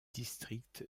district